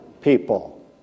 people